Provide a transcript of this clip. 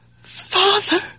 Father